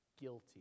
guilty